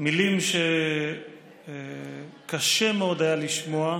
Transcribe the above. מילים שקשה מאוד היה לשמוע.